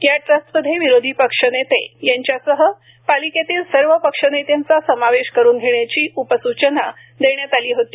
या ट्रस्टमध्ये विरोधी पक्षनेते यांच्यासह पालिकेतील सर्व पक्षनेत्यांचा समावेश करून घेण्याची उपसूचना देण्यात आली होती